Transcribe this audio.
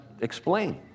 explain